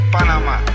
Panama